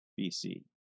BC